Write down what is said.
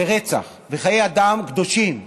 זה רצח, וחיי אדם קדושים,